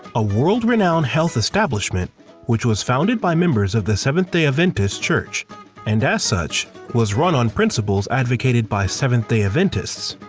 a world-renowned health establishment which was founded by members of the seventh-day adventist church and as such, was run on principles advocated by the seventh-day adventists.